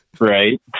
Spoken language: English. Right